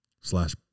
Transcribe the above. slash